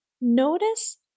notice